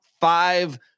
five